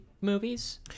movies